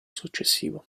successivo